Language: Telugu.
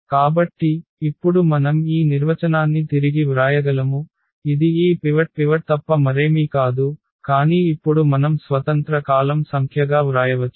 కాబట్టి ఇప్పుడు మనం ఈ నిర్వచనాన్ని తిరిగి వ్రాయగలము ఇది ఈ పివట్ తప్ప మరేమీ కాదు కానీ ఇప్పుడు మనం స్వతంత్ర కాలమ్ సంఖ్యగా వ్రాయవచ్చు